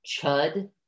Chud